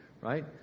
right